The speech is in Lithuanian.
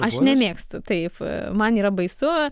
aš nemėgstu taip man yra baisu